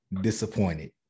disappointed